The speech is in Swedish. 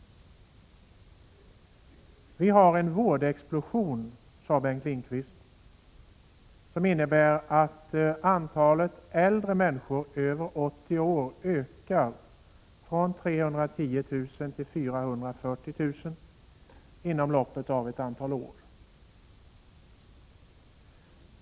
Vi har en vårdexplosion, sade Bengt Lindqvist, som innebär att antalet människor över 80 år ökar från 310 000 till 440 000 inom loppet av ett antal år.